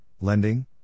lending